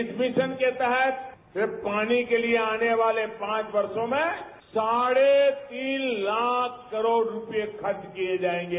इस मिशन के तहत सिर्फ पानी के लिए आने वाले पांच वर्षों में साढ़े तीन लाख करोड़ रुपये खर्च किए जाएंगे